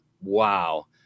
wow